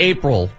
April